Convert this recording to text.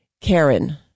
Karen